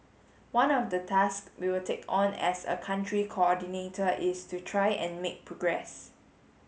one of the task we will take on as a Country Coordinator is to try and make progress